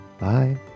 Bye